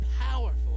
powerful